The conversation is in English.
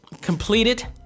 completed